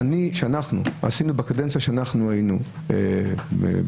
שאנחנו חוקקנו בקדנציה כשאנחנו היינו בקואליציה,